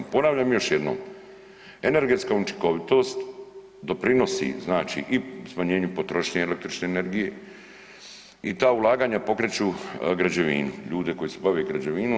Ponavljam još jednom energentska učinkovitost doprinosi znači i smanjenju potrošnje električne energije i ta ulaganja pokreću građevinu, ljude koji se bave građevinom.